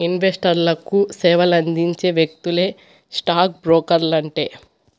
ఇన్వెస్టర్లకు సేవలందించే వ్యక్తులే స్టాక్ బ్రోకర్లంటే